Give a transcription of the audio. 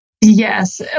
Yes